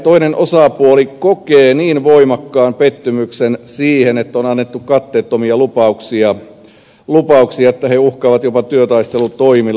toinen osapuoli kokee niin voimakkaan pettymyksen siihen että on annettu katteettomia lupauksia että he uhkaavat jopa työtaistelutoimilla